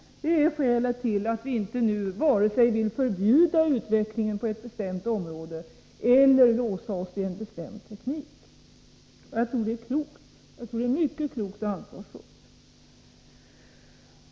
Det är skälet till att vi inte nu vill vare sig förbjuda utvecklingen på ett bestämt område eller låsa oss vid en bestämd teknik. Jag tror att det är mycket klokt och ansvarsfullt.